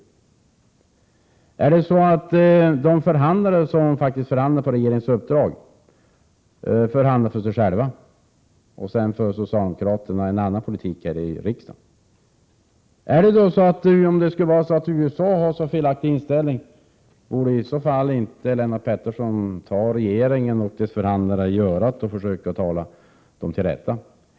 Förhåller det sig så att de förhandlare som faktiskt förhandlar på regeringens uppdrag förhandlar för sig själva och att socialdemokraterna sedan för en annan politik här i riksdagen? Om USA har en sådan felaktig inställning, borde i så fallinte Lennart Pettersson ta regeringen och dess förhandlare i örat och försöka tala dem till rätta?